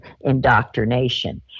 indoctrination